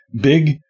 big